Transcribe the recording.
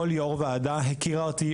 כל יושבת-ראש ועדה הכירה אותי,